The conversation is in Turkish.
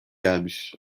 gelmiş